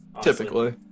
Typically